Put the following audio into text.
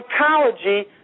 psychology